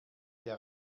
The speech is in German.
der